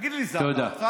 תגיד לי, זה על דעתך?